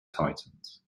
titans